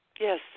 Yes